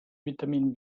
vitamin